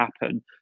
happen